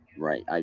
Right